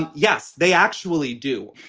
yes, they actually do.